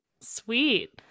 sweet